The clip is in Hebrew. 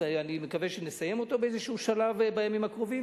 ואני מקווה שנסיים אותו בימים הקרובים,